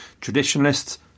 Traditionalists